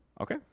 Okay